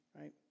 right